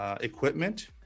equipment